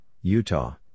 Utah